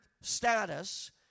status